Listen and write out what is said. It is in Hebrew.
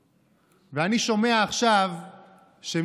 הריע, ואף אחד מכל אלו שהיו